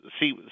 see